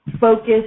focus